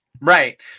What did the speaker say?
Right